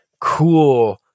cool